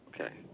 Okay